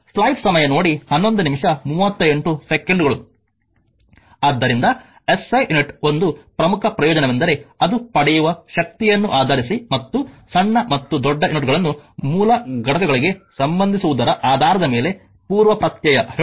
ಆದ್ದರಿಂದ SI unit ಒಂದು ಪ್ರಮುಖ ಪ್ರಯೋಜನವೆಂದರೆ ಅದು ಪಡೆಯುವ ಶಕ್ತಿಯನ್ನು ಆಧರಿಸಿ ಮತ್ತು ಸಣ್ಣ ಮತ್ತು ದೊಡ್ಡ ಯೂನಿಟ್ಗಳನ್ನು ಮೂಲ ಘಟಕಗಳಿಗೆ ಸಂಬಂಧಿಸುವುದರ ಆಧಾರದ ಮೇಲೆ ಪೂರ್ವಪ್ರತ್ಯಯ ಹೇಳುತ್ತದೆ